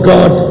God